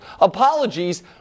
Apologies